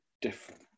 different